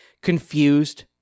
confused